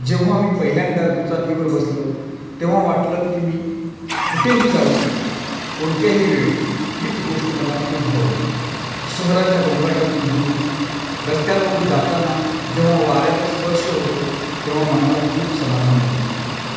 जेव्हा मी पहिल्यांदा दुचाकीवर बसलो तेव्हा वाटलं की मी कुठेही जाऊ शकतो कोणत्याही वेळ हीच गोष्ट मला खूप भावली शहराच्या गोंगाटातून दूर रस्त्यांवरून जाताना जेव्हा वाऱ्याचा स्पर्श होतो तेव्हा मनाला खूप समाधान मिळतं